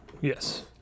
Yes